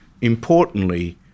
Importantly